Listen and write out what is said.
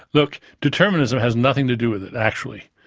look, determinism has nothing to do with it actually'.